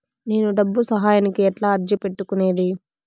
నేను డబ్బు సహాయానికి ఎట్లా అర్జీ పెట్టుకునేది?